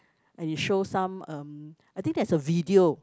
and you show some um I think there's a video